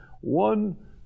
one